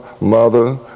mother